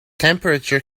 temperature